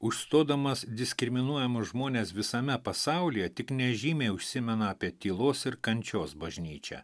užstodamas diskriminuojamus žmones visame pasaulyje tik nežymiai užsimena tylos ir kančios bažnyčią